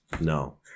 No